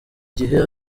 igihe